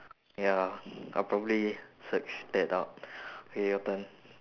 ya I'll probably search that out K your turn